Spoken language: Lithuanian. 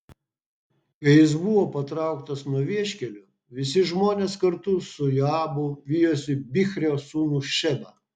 kai jis buvo patrauktas nuo vieškelio visi žmonės kartu su joabu vijosi bichrio sūnų šebą